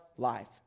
life